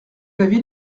l’avis